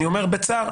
אני אומר בצער,